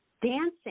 dancing